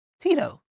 Tito